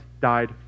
died